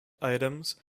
items